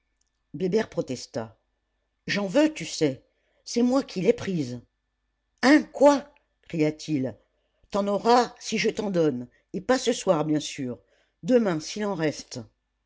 bébert protesta j'en veux tu sais c'est moi qui l'ai prise hein quoi cria-t-il t'en auras si je t'en donne et pas ce soir bien sûr demain s'il en reste